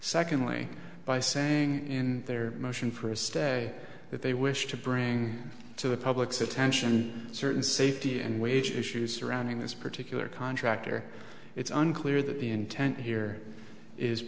secondly by saying in their motion for a stay that they wish to bring to the public's attention certain safety and wage issues surrounding this particular contractor it's unclear that the intent here is